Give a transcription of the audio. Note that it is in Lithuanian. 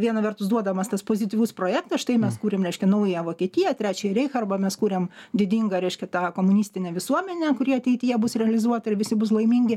viena vertus duodamas tas pozityvus projektas štai mes kūrėm reiškia naująją vokietiją trečiąjį reichą arba mes kūrėm didingą reiškia tą komunistinę visuomenę kuri ateityje bus realizuota ir visi bus laimingi